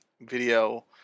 video